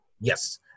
Yes